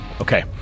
okay